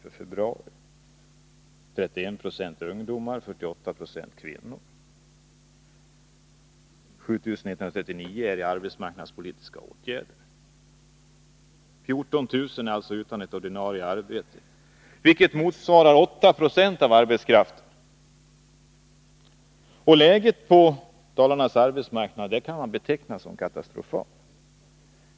31 90 är ungdomar och 48 26 kvinnor. 7 139 är sysselsatta genom arbetsmarknadspolitiska åtgärder. 14 000 är alltså utan ett ordinarie arbete, vilket motsvarar 8 Jo av arbetskraften. Läget på Dalarnas arbetsmarknad kan betecknas som katastrofalt.